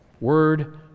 Word